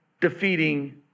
defeating